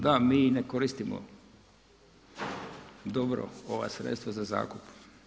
Da mi ne koristimo dobro ova sredstva za zakup.